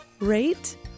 rate